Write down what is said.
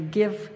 give